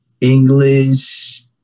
English